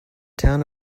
town